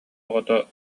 оҕото